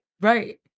Right